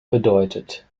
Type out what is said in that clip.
bedeutet